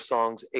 Songs